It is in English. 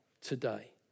today